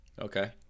okay